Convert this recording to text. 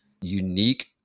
unique